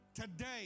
Today